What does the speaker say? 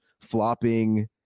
flopping